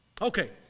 Okay